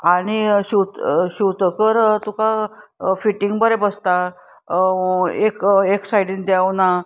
आनी शिंवतकर तुका फिटींग बरें बसता एक एक सायडीन देंवना